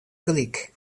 gelyk